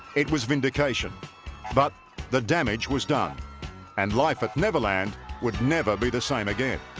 it was vindication but the damage was done and life at neverland would never be the same again